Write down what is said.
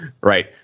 right